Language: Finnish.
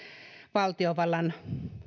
valtiovallan